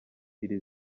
iri